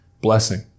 blessing